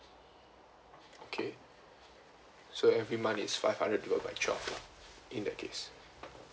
okay so every month it's five hundred divide by twelve lah in that case